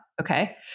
Okay